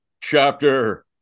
chapter